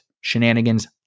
Shenanigans